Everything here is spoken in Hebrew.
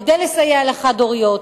כדי לסייע לחד-הוריות,